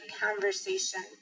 conversation